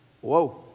Whoa